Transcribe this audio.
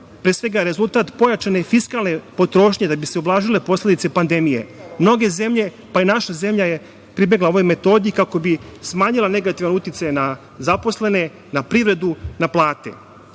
pre svega rezultat pojačane fiskalne potrošnje da bi se ublažile posledice pandemije. Mnoge zemlje, pa i naša zemlja je pribegla ovoj metodi kako bi smanjila negativan uticaj na zaposlene, na privredu, na plate. Tri